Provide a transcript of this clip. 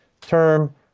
term